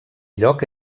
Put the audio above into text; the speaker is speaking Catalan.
lloc